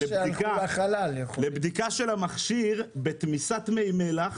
לבדיקה של המכשיר בתמיסת מי מלח,